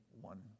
one